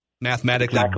mathematically